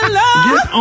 love